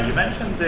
mentioned